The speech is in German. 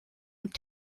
und